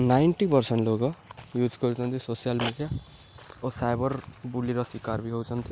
ninety percent ଲୋକ use କରୁଛନ୍ତି social media ଓ ସାଇବର୍ ବୁଲିର ଶିକାର ବି ହଉଚନ୍ତି